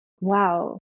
wow